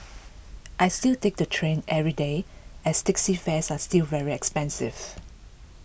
I still take the train every day as taxi fares are still very expensive